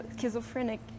schizophrenic